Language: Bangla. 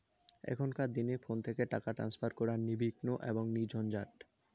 এখনকার দিনে ফোন থেকে টাকা ট্রান্সফার করা নির্বিঘ্ন এবং নির্ঝঞ্ঝাট